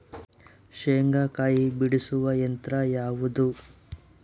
ಶೇಂಗಾಕಾಯಿ ಬಿಡಿಸುವ ಯಂತ್ರ ಯಾವುದು?